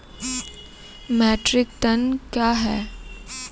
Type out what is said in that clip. Metric tonne कया हैं?